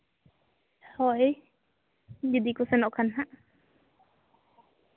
ᱦᱳᱭ ᱡᱚᱫᱤ ᱠᱚ ᱥᱮᱱᱚᱜ ᱠᱟᱱ ᱦᱟᱸᱜ